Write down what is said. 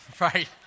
Right